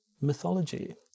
Mythology